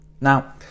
Now